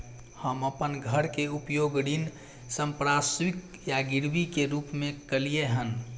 हम अपन घर के उपयोग ऋण संपार्श्विक या गिरवी के रूप में कलियै हन